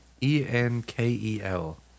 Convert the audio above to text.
E-N-K-E-L